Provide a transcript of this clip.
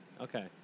Okay